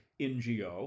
NGO